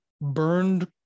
burned